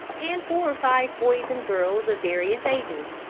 and four or five boys and girls of various ages.